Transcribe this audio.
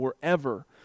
forever